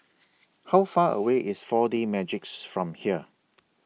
How Far away IS four D Magix from here